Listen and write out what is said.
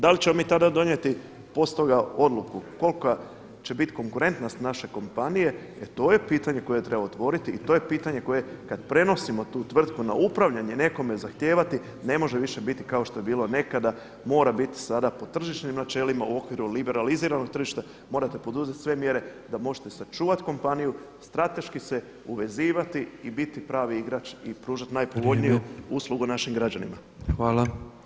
Da li ćemo mi tada donijeti poslije toga odluku kolika će biti konkurentnost naše kompanije, e to je pitanje koje treba otvoriti i to je pitanje koje kada prenosimo tu vrtku na upravljanje nekome zahtijevati ne može više biti kao što je bilo nekada, mora biti sada po tržišnim načelima u okviru liberaliziranog tržišta, morate poduzeti sve mjere da možete sačuvati kompaniju, strateški se uvezivati i biti pravi igrač i pružati najpovoljniju uslugu našim građanima.